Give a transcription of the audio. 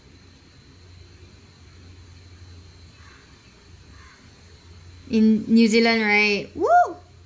in new zealand right !woo!